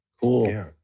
Cool